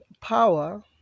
power